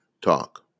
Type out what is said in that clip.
talk